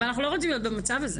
אבל אנחנו לא רוצים להיות במצב הזה.